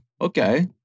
Okay